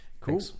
Cool